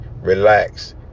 relax